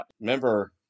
remember